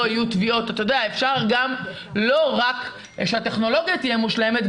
לא יהיו --- אפשר גם לא רק שהטכנולוגיה תהיה מושלמת,